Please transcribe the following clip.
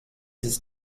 ist